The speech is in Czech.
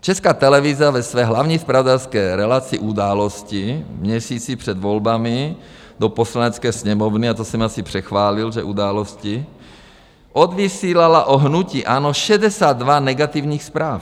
Česká televize ve své hlavní zpravodajské relaci Události v měsíci před volbami do Poslanecké sněmovny, a to jsem asi přechválil, že Události, odvysílala o hnutí ANO 62 negativních zpráv.